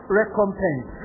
recompense